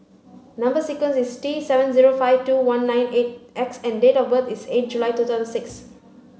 number sequence is T seven zero five two one nine eight X and date of birth is eight July two thousand six